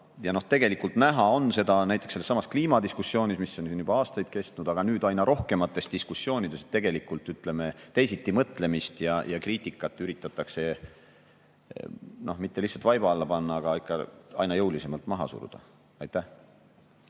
hirmu. Tegelikult on seda näha näiteks sellessamas kliimadiskussioonis, mis on juba aastaid kestnud, aga nüüd aina rohkemates diskussioonides. Ütleme, teisitimõtlemist ja kriitikat üritatakse mitte lihtsalt vaiba alla lükata, vaid ka aina jõulisemalt maha suruda. Aitäh!